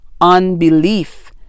unbelief